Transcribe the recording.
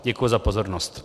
Děkuji za pozornost.